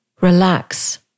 relax